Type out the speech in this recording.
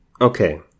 Okay